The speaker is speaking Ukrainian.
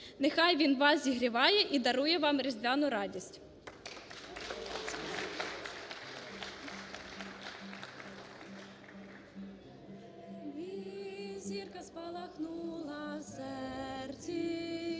Нехай він вас зігріває і дарує вам різдвяну радість!